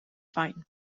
fine